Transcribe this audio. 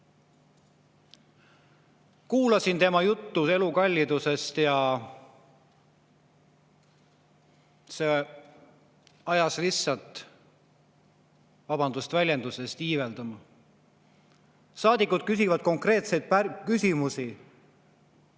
Kuulasin tema juttu elukallidusest ja see ajas lihtsalt – vabandust väljenduse eest! – iiveldama. Saadikud küsivad konkreetseid küsimusi,